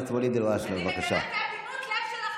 אל תלבו, אל תלבו.